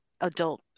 adult